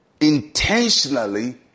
intentionally